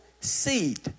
seed